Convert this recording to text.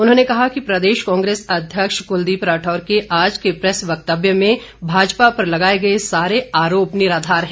उन्होंने कहा कि प्रदेश कांग्रेस अध्यक्ष कुलदीप राठौर के आज के प्रैस वक्तव्य में भाजपा पर लगाए गए सारे आरोप निराधार है